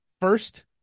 first